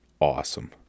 awesome